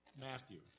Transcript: Matthew